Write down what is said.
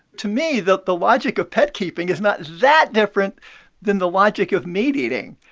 to me, the the logic of pet keeping is not that different than the logic of meat eating.